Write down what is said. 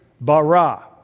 bara